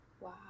Wow